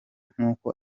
nk’uko